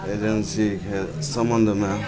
एजेन्सीके सम्बन्धमे